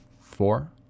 four